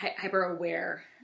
hyper-aware